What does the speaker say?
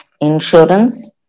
insurance